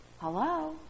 Hello